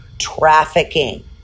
trafficking